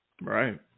Right